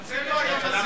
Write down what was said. גם זה לא היה מזיק.